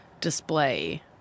display